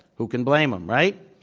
who can blame them, right?